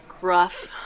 gruff